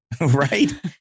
right